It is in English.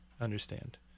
understand